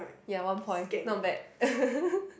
ya one point not bad